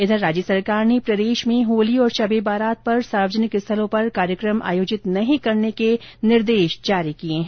इधर राज्य सरकार ने प्रदेश में होली और शब ए बारात पर सार्वजनिक स्थलों पर कार्यक्रम आयोजित नही करने के निर्देश जारी किए हैं